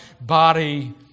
body